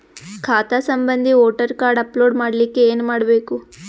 ಖಾತಾ ಸಂಬಂಧಿ voter card upload ಮಾಡಲಿಕ್ಕೆ ಏನ ಮಾಡಬೇಕು?